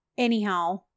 Anyhow